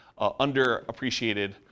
underappreciated